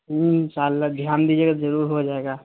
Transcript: انشاء اللہ دھیان دیجیے گا ضرور ہو جائے گا